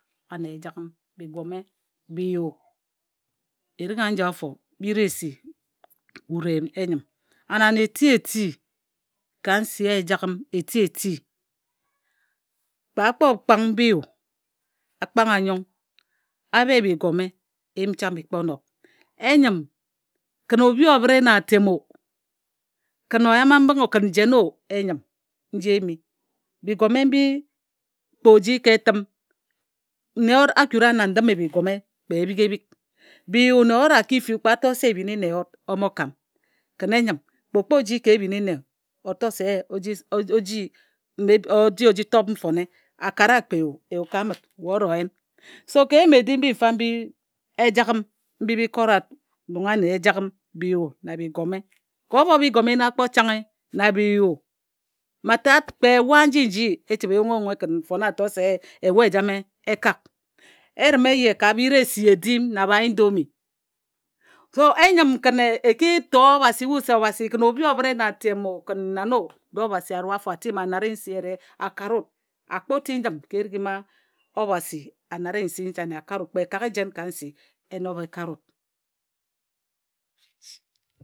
Ane Ejagham bi igȯme, bi iyu erik aji afor bi iresi, urem eyim and ane eti-eti ka nsi Ejagham eti-eti kpe akpo kpang bi iyu, akpang anyong, abeh bi igȯme eyim ncham mbi ikpo-nob. Enyim ken obi obire na atem o, ken oyama mbinghe o, ken jeno, enyim nji eyimi. Bi igȯme mbi kpe oji ka etiim nne yod akura na ndime bi igȯme kpe ebik ebik. Bi iyu nne yod aki fuu kpe atoe se ebini nne yod omo kām kin enyim kpe okpo ji ka ebini nne ator eh oji oji tob nfone akara kpe eyu ye ka amid ye oro yen. so ka eyu ye ka amid te oro yen. So ka eyim edim mbi mfa mbi Ejaham mbi ikora wud nnon ane Ejagham bi iyu na bi igȯme. Ka ebu mbi igȯme na kpo changhe na bi iyu mba-tád kpe ewa nji nji echibe eyun-oyunghe ken nfone ator se eh ewa ejame ekak, erim eje ka bi iresi edim na ba indomie so enyim ken eki tor obhasi wud se obhasi ken obhi obira na atem o ken nan o, de obhasi arui afor atim anare nsi eyire akare wud akpo tid njim ka erik má obhasi anare nsi nchane akare wud kpe ekaghe jen ka nsi enob ekare wud